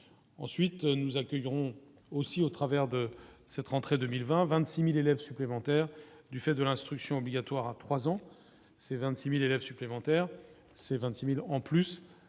ensuite nous accueillerons aussi. Au travers de cette rentrée 2020, 26000 élèves supplémentaires du fait de l'instruction obligatoire à 3 ans, c'est 26000 élèves supplémentaires, c'est 26000 en plus